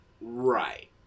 Right